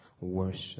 worship